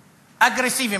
אגרסיביים,